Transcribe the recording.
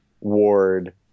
Ward